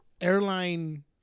airline